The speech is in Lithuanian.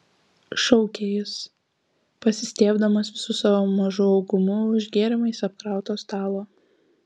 šaukė jis pasistiebdamas visu savo mažu augumu už gėrimais apkrauto stalo